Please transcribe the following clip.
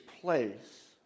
place